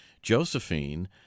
josephine